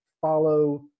follow